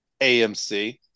AMC